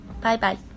Bye-bye